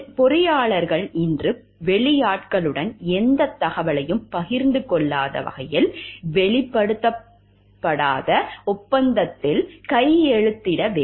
பொறியாளர்கள் இன்று வெளியாட்களுடன் எந்தத் தகவலையும் பகிர்ந்து கொள்ளாத வகையில் வெளிப்படுத்தாத ஒப்பந்தத்தில் கையெழுத்திட வேண்டும்